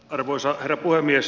arvoisa herra puhemies